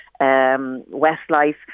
Westlife